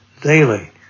daily